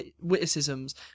witticisms